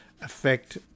affect